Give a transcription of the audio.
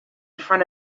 front